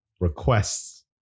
requests